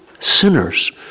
sinners